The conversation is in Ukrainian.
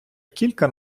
кілька